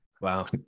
wow